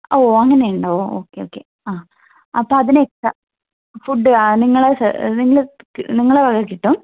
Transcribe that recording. ആഹ് ഓഹ് അങ്ങനെ ഉണ്ടോ ഓക്കേ ഓക്കേ ആഹ് അപ്പോൾ അതിന് എക്സ്ട്രാ ഫുഡ്ഡ് ആഹ് നിങ്ങൾ നിങ്ങൾ നിങ്ങളെ വക കിട്ടും